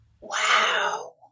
Wow